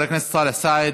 חבר הכנסת סאלח סעד,